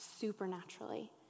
supernaturally